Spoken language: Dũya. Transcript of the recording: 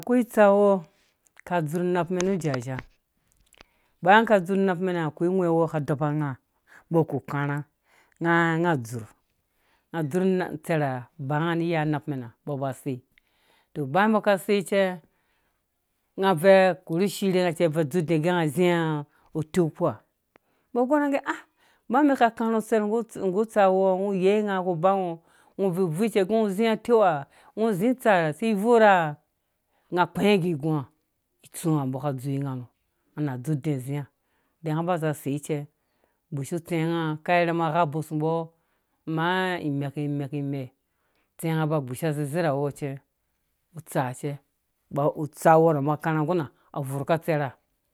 Akwai utsawɔ ka dzur unapmɛn na jaja baya ka dzur napmɛna akwai ungwhɛ̃ wɔ ka dɔba nga mba kukãrha nga ngaa nga dzur nga dzur tsɛra banga ni iya napmɛn mbɔ ba sei tɔ baya mbɔ ka sei ce nga bvuidzur korhu shirhi nga cɛ buiui dzur udi gɛ nga zĩã uteu kpuha mbɔ gɔr nga ah baya mbi ka kãrhã utser nggu tsawɔ ngɔ yei nga kũba ngo ngo bvu bvui cɛ gɛ ngo zĩngɔ uteuha ngɔ zĩ utsaha si bvurha nga kpɛ̃ɛ̃ gigunga itsũwã ha mbɔ ka dzowe nga nɔ nga na dzun dĩĩ zĩnga de nga ba za sei ce gbishu tsenga kau rham agha boimbo maa imski i mɛk tsɛ̃nga ba gbisha zeɔ ze rlawɔ cɛ utsaha cɛ ba utsa wɔrɔ mbɔ ka kãrhaã nggura nga abvuruka tsɛrha.